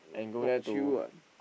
not chill [what]